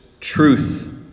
truth